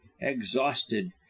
exhausted